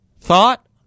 thought